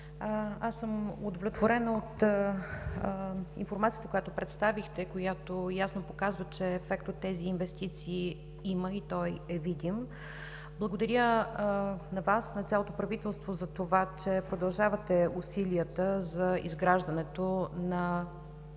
Аз съм удовлетворена от информацията, която представихте, която ясно показва, че ефект от инвестициите има и той е видим. Благодаря на Вас, на цялото правителство за това, че продължавате усилията за изграждането на